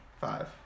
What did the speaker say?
Five